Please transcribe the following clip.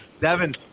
Devin